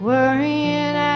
Worrying